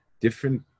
Different